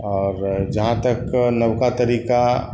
आओर जहाँ तक नवका तरीका